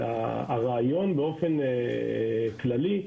באופן כללי,